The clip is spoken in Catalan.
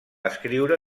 escriure